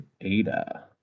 Ada